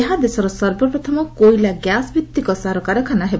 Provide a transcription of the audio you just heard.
ଏହା ଦେଶର ସର୍ବପ୍ରଥମ କୋଇଲା ଗ୍ୟାସ ଭିତ୍ତିକ ସାରକାରଖାନା ହେବ